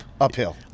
uphill